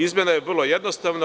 Izmena je vrlo jednostavna.